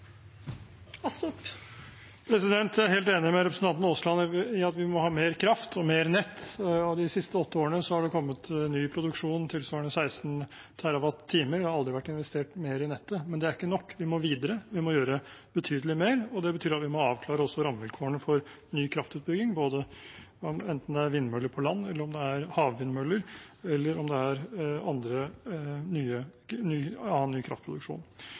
Jeg er helt enig med representanten Aasland i at vi må ha mer kraft og mer nett, og de siste åtte årene har det kommet til ny produksjon tilsvarende 16 TWh. Det har aldri vært investert mer i nettet, men det er ikke nok. Vi må videre. Vi må gjøre betydelig mer, og det betyr at vi også må avklare rammevilkårene for ny kraftutbygging, enten det er vindmøller på land, om det er havvindmøller, eller om det er